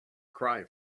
cry